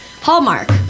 Hallmark